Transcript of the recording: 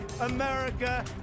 America